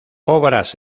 obras